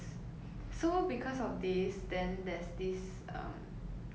like discrepancy as to how 我们应该 act lah